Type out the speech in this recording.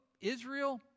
Israel